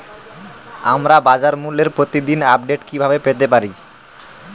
আমরা বাজারমূল্যের প্রতিদিন আপডেট কিভাবে পেতে পারি?